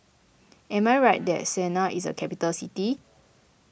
am I right that Sanaa is a capital city